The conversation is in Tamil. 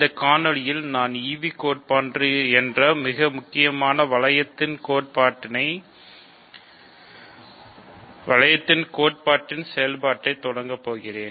இந்த காணொளியில் நான் ஈவு கோட்பாடு என்ற மிக முக்கியமான வளையத்தின் கோட்பாட்டின் செயல்பாட்டைத் தொடங்கப் போகிறேன்